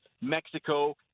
Mexico